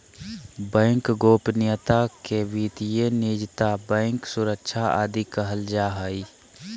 bank गोपनीयता के वित्तीय निजता, बैंक सुरक्षा आदि कहल जा हइ